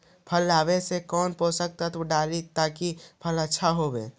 फल आबे पर कौन पोषक तत्ब डाली ताकि फल आछा होबे?